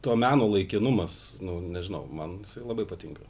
to meno laikinumas nu nežinau man labai patinka